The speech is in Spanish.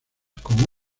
con